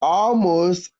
almost